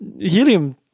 helium